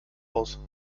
aus